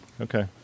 Okay